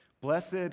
Blessed